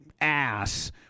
ass